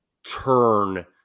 turn